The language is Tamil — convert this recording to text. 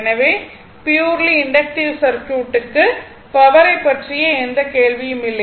எனவே ப்யுர்லி இண்டக்ட்டிவ் சர்க்யூட்டுக்கு பவரை பற்றிய எந்தக் கேள்வியும் இல்லை